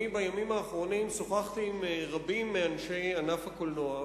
בימים האחרונים שוחחתי עם רבים מאנשי ענף הקולנוע.